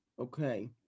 Okay